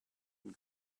and